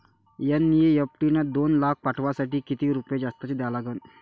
NEFT न दोन लाख पाठवासाठी किती रुपये जास्तचे द्या लागन?